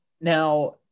Now